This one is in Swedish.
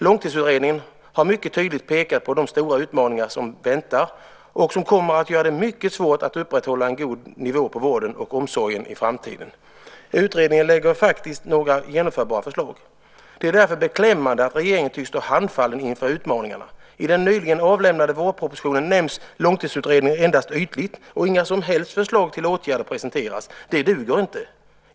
Långtidsutredningen har mycket tydligt pekat på de stora utmaningar som väntar och som kommer att göra det mycket svårt att upprätthålla en god nivå på vården och omsorgen i framtiden. Utredningen lägger faktiskt fram några genomförbara förslag. Det är därför beklämmande att regeringen tycks stå handfallen inför utmaningarna. I den nyligen avlämnade vårpropositionen nämns Långtidsutredningen endast ytligt, och inga som helst förslag till åtgärder presenteras. Det duger inte.